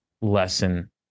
lesson